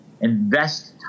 invest